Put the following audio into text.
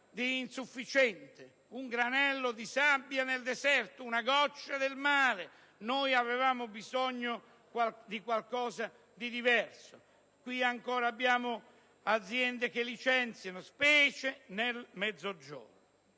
di insufficiente, un granello di sabbia nel deserto, una goccia nel mare. Noi avevamo bisogno di qualcosa di diverso. Qui ancora abbiamo aziende che licenziano, specie nel Mezzogiorno.